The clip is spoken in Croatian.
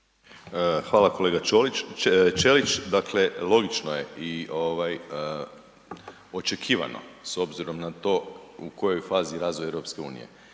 Hvala kolega Ćelić. Dakle logično je i očekivano s obzirom na to u kojoj je fazi razvoj EU da pojedine